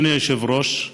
אדוני היושב-ראש: